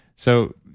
so,